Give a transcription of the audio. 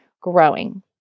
growing